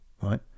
right